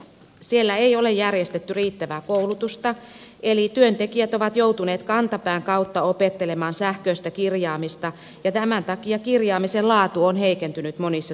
siellä ei ole järjestetty riittävää koulutusta eli työntekijät ovat joutuneet kantapään kautta opettelemaan sähköistä kirjaamista ja tämän takia kirjaamisen laatu on heikentynyt monissa työyhteisöissä